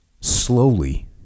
slowly